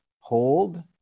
Hold